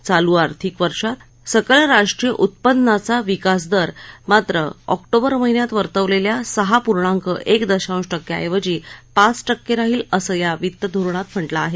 चालू आर्थिक वर्षात सकल राष्ट्रीय उत्पन्नाचा विकास दर मात्र ऑक्टोबर महिन्यात वर्तवलेल्या सहा पूर्णांक एक दशांश टक्क्यांऐवजी पाच टक्के राहील असं या वित्तधोरणात म्हटलं आहे